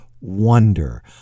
wonder